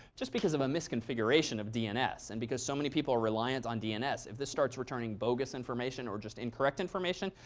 just because of a misconfiguration of dns. and because so many people are reliant on dns. if this starts returning bogus information or just incorrect information,